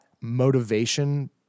motivation